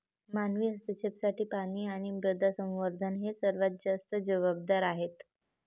मानवी हस्तक्षेपासाठी पाणी आणि मृदा संवर्धन हे सर्वात जास्त जबाबदार आहेत